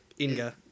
Inga